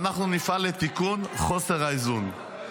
ואנחנו נפעל לתיקון חוסר האיזון.